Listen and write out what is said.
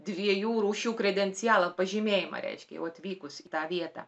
dviejų rūšių kredencialą pažymėjimą reiškia jau atvykus į tą vietą